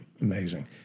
Amazing